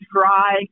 try